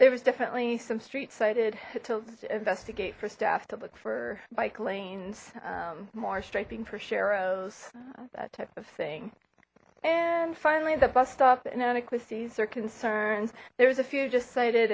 there was definitely some street cited to investigate for staff to look for bike lanes more striping for sharrows that type of thing and finally the bus stop inadequacies or concerns there was a few just cited